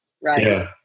right